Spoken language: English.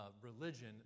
religion